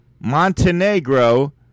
Montenegro